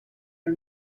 are